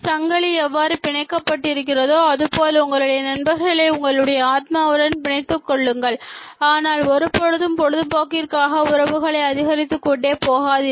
சங்கிலி எவ்வாறு பிணைக்கப்பட்டு இருக்கிறதோ அதுபோல் உங்களுடைய நண்பர்களை உங்களுடைய ஆத்மாவுடன் பிணைத்துக் கொள்ளுங்கள் ஆனால் ஒரு பொழுதும் பொழுதுபோக்கிற்காக உறவுகளை அதிகரித்துக்கொண்டே போகாதீர்கள்